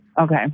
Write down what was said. Okay